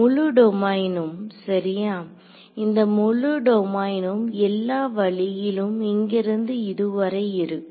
முழு டொமைனும் சரியா இந்தமுழு டொமைனும்எல்லா வழியிலும் இங்கிருந்து இதுவரை இருக்கும்